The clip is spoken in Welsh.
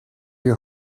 chi